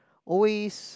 always